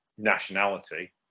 nationality